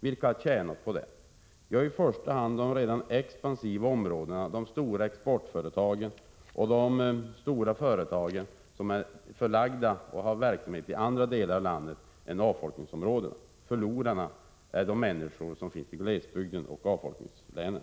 Vilka har tjänat på det? Ja, i första hand de redan expansiva områdena, de stora exportföretagen och de stora företag som är förlagda i och har sin verksamhet i andra delar av landet än i avfolkningsområden. Förlorarna är de människor som finns i glesbygden och avfolkningslänen.